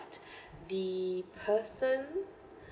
the person